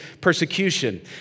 persecution